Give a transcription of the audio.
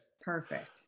Perfect